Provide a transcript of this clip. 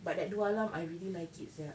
but that dua alam I really like it sia